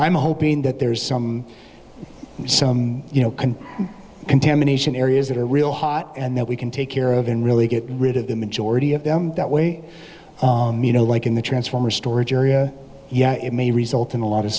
i'm hoping that there's you know contamination areas that are real hot and that we can take care of and really get rid of the majority of that way you know like in the transformer storage area yeah it may result in a lot of